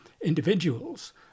individuals